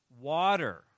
water